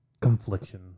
confliction